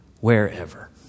wherever